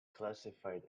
classified